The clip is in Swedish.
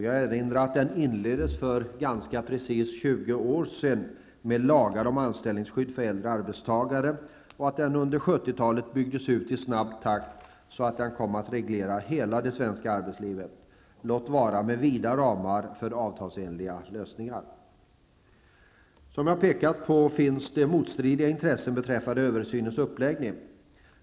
Jag erinrar om att den inleddes för ganska precis 20 år sedan, med lagar om anställningsskydd för äldre arbetstagare, och att den under 1970-talet byggdes ut i snabb takt, så att den kom att reglera hela det svenska arbetslivet, låt vara med vida ramar för avtalsenliga lösningar. Som jag har pekat på finns det motstridiga intressen beträffande översynens uppläggning.